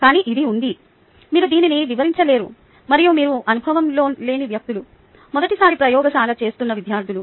కానీ ఇది ఉంది మీరు దీనిని నివారించలేరు మరియు వీరు అనుభవం లేని వ్యక్తులు మొదటిసారి ప్రయోగశాల చేస్తున్న విద్యార్థులు